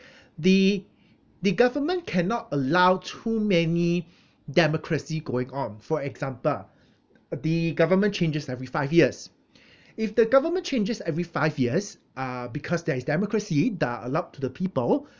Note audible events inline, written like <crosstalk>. <breath> the the government cannot allow too many democracy going on for example the government changes every five years <breath> if the government changes every five years uh because there is democracy that are allowed to the people